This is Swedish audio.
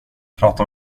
prata